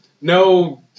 no